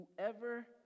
Whoever